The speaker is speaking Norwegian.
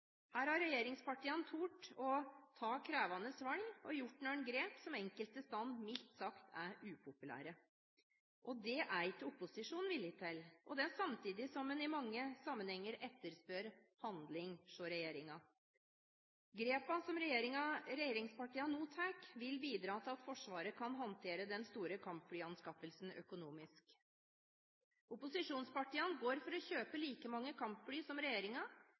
Her har regjeringspartiene turt å ta krevende valg og gjort noen grep, som enkelte steder er, mildt sagt, upopulære. Det er ikke opposisjonen villig til – samtidig som den i mange andre sammenhenger etterspør handling fra regjeringen. Grepene som regjeringspartiene nå tar, vil bidra til at Forsvaret kan håndtere den store kampflyanskaffelsen økonomisk. Opposisjonspartiene går inn for å kjøpe like mange kampfly som